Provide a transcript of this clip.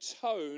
tone